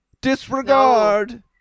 Disregard